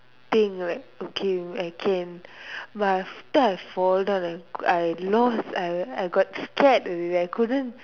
thing right okay I can but after I fall down right I lost I I I got scared already I could not